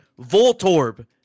Voltorb